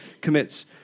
commits